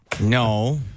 No